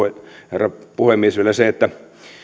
herra puhemies vielä se että